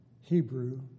Hebrew